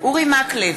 אורי מקלב,